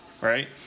Right